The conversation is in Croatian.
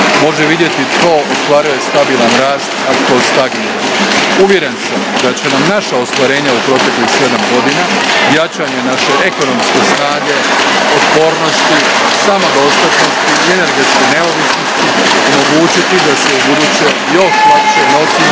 Može vidjeti tko ostvaruje stabilan rast, a tko stagnira. Uvjeren sam da će nam naša ostvarenja u proteklih sedam godina, jačanje naše ekonomske snage, otpornosti, samodostatnosti i energetske neovisnosti, omogućiti da se ubuduće još lakše nosimo